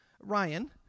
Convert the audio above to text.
Ryan